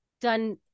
done